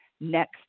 next